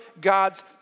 God's